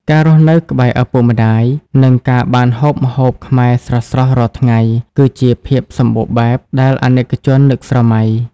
ការរស់នៅក្បែរឪពុកម្តាយ និងការបានហូបម្ហូបខ្មែរស្រស់ៗរាល់ថ្ងៃ គឺជា "ភាពសំបូរបែប" ដែលអាណិកជននឹកស្រមៃ។